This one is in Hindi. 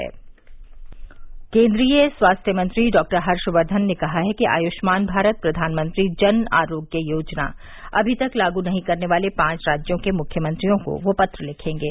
हर्षवर्धन केंद्रीय स्वास्थ्य मंत्री डॉक्टर हर्षवर्द्धन ने कहा है कि आय़ष्मान भारत प्रधानमंत्री जन आरोग्य योजना अभी तक लागू नहीं करने वाले पांच राज्यों के मुख्य मंत्रियों को वह पत्र लिखेंगे